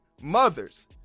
mothers